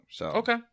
Okay